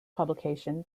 publication